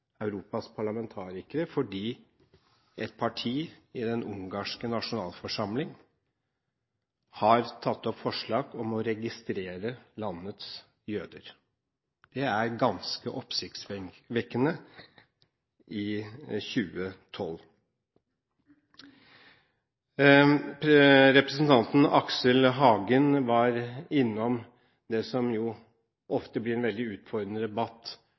Europas parlamentarikere fordi et parti i den ungarske nasjonalforsamling har tatt opp forslag om å registrere landets jøder. Det er ganske oppsiktsvekkende i 2012. Representanten Aksel Hagen var innom det som ofte blir en veldig utfordrende debatt